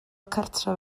cartref